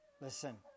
Listen